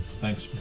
Thanks